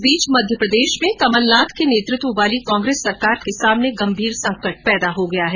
इस बीच मध्य प्रदेश में कमलनाथ के नेतृत्व वाली कांग्रेस सरकार के सामने गंभीर संकट पैदा हो गया है